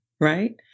right